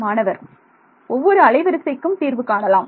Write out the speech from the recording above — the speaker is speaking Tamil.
மாணவர் ஒவ்வொரு அலை வரிசைக்கும் தீர்வு காணலாம்